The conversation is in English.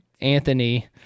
Anthony